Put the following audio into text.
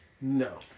No